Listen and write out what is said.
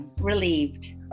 Relieved